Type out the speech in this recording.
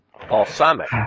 Balsamic